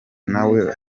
nawe